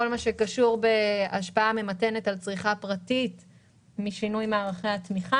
כל מה שקשור בהשפעה ממתנת על צריכה פרטית משינוי מערכי התמיכה,